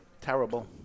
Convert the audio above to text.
Terrible